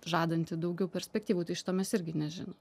žadanti daugiau perspektyvų tai šito mes irgi nežinom